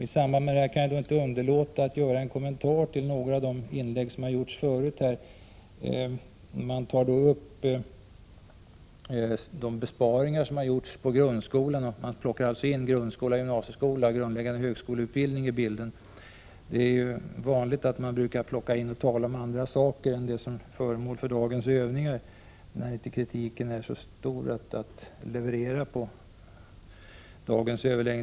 I samband med det kan jag inte underlåta att göra en kommentar till några av de inlägg som har gjorts här tidigare. Man har tagit upp de besparingar som har gjorts inom grundskolan. Man plockar således in grundskolan, gymnasieskolan och den grundläggande högskoleutbildningen i bilden. Det är ett vanligt förfaringssätt att man, när kritiken inte är så stor mot dagens överläggningsämne, i stället börjar tala om andra saker än de som är föremål för dagens övningar.